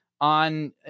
on